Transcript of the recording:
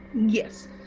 Yes